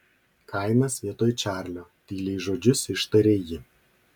kainas vietoj čarlio tyliai žodžius ištarė ji